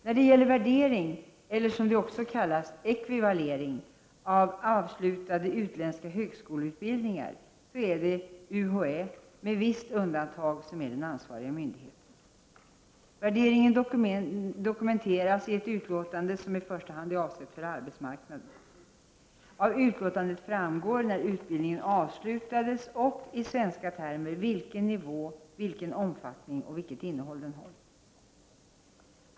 När det gäller värdering eller — som det också kallas — ekvivalering av avslutade utländska högskoleutbildningar är det UHÄ, med vissa undantag, som är den ansvariga myndigheten. Värderingen dokumenteras i ett utlåtande som i första hand är avsett för arbetsmarknaden. Av utlåtandet framgår när utbildningen avslutades och i svenska termer vilken nivå, vilken omfattning och vilket innehåll den har.